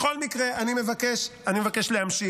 בכל מקרה, אני מבקש להמשיך.